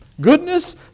goodness